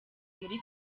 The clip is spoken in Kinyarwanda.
muri